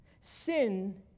Sin